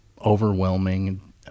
overwhelming